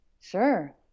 Sure